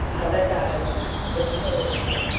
हलचालनं वृक्षारोपणम्